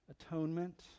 atonement